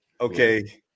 okay